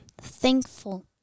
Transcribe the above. Thankful